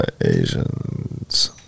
asian's